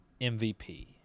MVP